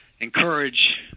encourage